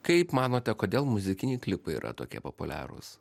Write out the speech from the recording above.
kaip manote kodėl muzikiniai klipai yra tokie populiarūs